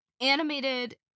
animated